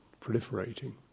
proliferating